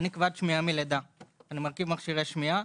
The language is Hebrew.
אני כבד שמיעה מלידה; אני מרכיב מכשירי שמיעה.